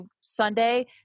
Sunday